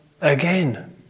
again